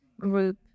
group